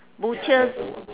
butchers